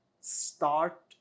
start